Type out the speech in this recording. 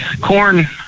Corn